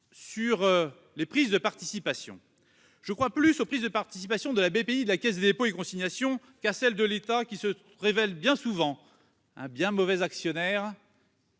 des prises de participation, je crois plus à celles de Bpifrance et de la Caisse des dépôts et consignations qu'à celles de l'État, qui se révèle souvent un bien mauvais actionnaire,